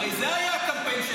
הרי זה היה הקמפיין שלכם.